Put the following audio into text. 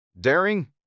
daring